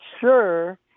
sure